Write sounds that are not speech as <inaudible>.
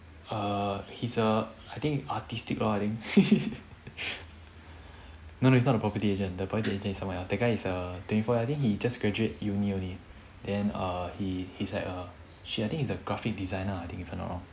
err he's a I think artistic lor I think <laughs> no no it's not the property agent the property agent is someone else that guy is a twenty four I think he just graduate uni only then err he's like err shit I think is a graphic designer I think if I'm not wrong